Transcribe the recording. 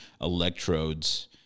electrodes